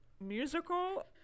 musical